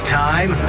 time